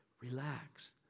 relax